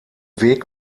weg